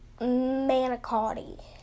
Manicotti